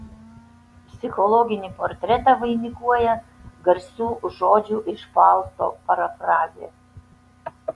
psichologinį portretą vainikuoja garsių žodžių iš fausto parafrazė